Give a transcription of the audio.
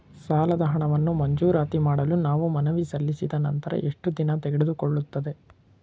ಸಾಲದ ಹಣವನ್ನು ಮಂಜೂರಾತಿ ಮಾಡಲು ನಾವು ಮನವಿ ಸಲ್ಲಿಸಿದ ನಂತರ ಎಷ್ಟು ದಿನ ತೆಗೆದುಕೊಳ್ಳುತ್ತದೆ?